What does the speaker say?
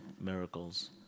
miracles